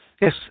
yes